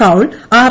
Kaul R